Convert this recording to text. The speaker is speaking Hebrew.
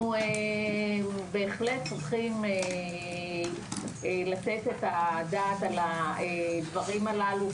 אנחנו בהחלט צריכים לתת את הדעת על הדברים הללו,